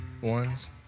ones